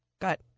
got